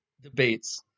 debates